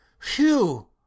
phew